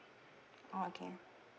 oh okay